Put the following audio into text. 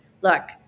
Look